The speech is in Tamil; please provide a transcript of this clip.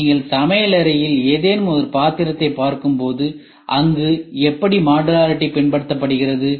நீங்கள் சமையலறையில் ஏதேனும் ஒரு பாத்திரத்தைப் பார்க்கும் போதுஅங்கு எப்படி மாடுலரிட்டி பின்பற்றப்படுகிறது